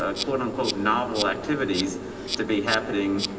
ah quote unquote, novel activities to be happening.